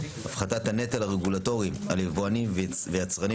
והפחתת הנטל הרגולטורי על יבואנים ויצרנים